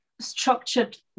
structured